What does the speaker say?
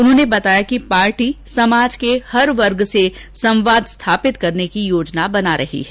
उन्होंने बताया कि पार्टी समाज के हर वर्ग से संवाद स्थापित की योजना बना रही है